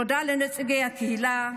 תודה לנציגי הקהילה,